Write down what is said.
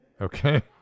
Okay